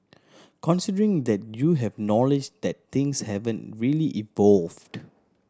considering that you have knowledge that things haven't really evolved